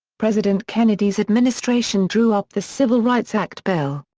president kennedy's administration drew up the civil rights act bill.